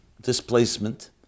displacement